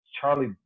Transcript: Charlie